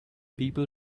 people